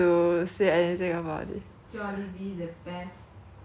I mean that time I the first time I tried Jollibee was in singapore lah